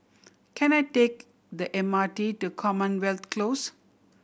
can I take the M R T to Commonwealth Close